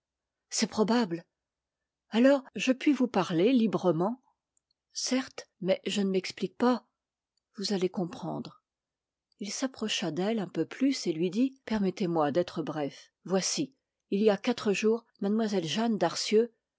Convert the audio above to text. c'est probable alors je puis vous parler librement certes mais je ne m'explique pas vous allez comprendre il s'approcha d'elle un peu plus et lui dit permettez-moi d'être bref voici il y a quatre jours mlle jeanne